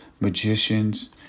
magicians